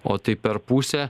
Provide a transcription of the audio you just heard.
o tai per pusę